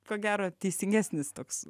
ko gero teisingesnis toks